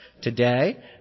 Today